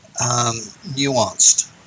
nuanced